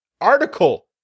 article